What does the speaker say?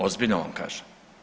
Ozbiljno vam kažem.